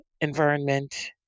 environment